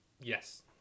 Yes